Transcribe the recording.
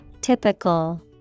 Typical